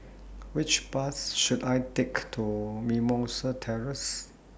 Which Bus should I Take to Mimosa Terrace